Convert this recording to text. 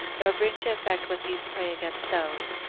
nor bring to effect what these pray against those.